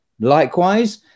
likewise